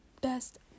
best